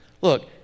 look